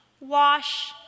wash